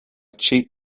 cheat